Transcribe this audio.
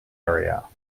area